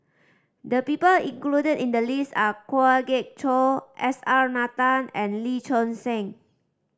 the people included in the list are Kwa Geok Choo S R Nathan and Lee Choon Seng